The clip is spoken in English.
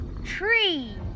tree